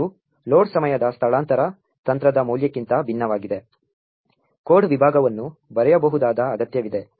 ಇದು ಲೋಡ್ ಸಮಯದ ಸ್ಥಳಾಂತರ ತಂತ್ರದ ಮೌಲ್ಯಕ್ಕಿಂತ ಭಿನ್ನವಾಗಿದೆ ಕೋಡ್ ವಿಭಾಗವನ್ನು ಬರೆಯಬಹುದಾದ ಅಗತ್ಯವಿದೆ